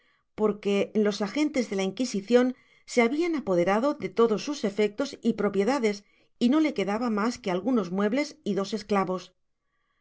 porque los agentes de la inquisicion se habian apoderado de todos sus efectos y propiedades y no le quedaba mas que algunos muebles y dos esclavos